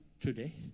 today